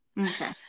Okay